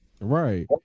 Right